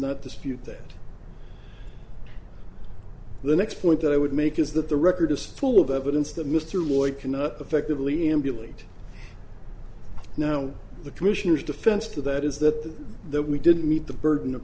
not dispute that the next point i would make is that the record is full of evidence that mr lloyd cannot effectively emulate now the commissioner's defense to that is that that we didn't meet the burden of